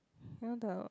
you know the